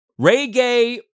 Reggae